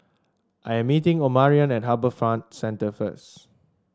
I am meeting Omarion at HarbourFront Centre first